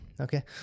okay